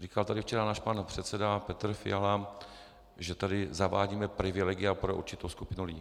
Řekl tady včera náš předseda Fiala, že tady zavádíme privilegia pro určitou skupinu lidí.